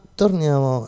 torniamo